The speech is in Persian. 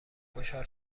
خوشحال